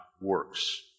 works